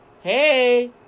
Hey